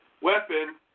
weapon